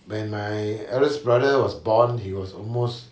when my eldest brother was born he was almost